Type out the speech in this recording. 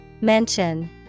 Mention